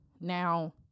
Now